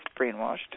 brainwashed